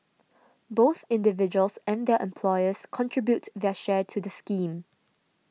both individuals and their employers contribute their share to the scheme